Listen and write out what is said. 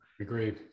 Agreed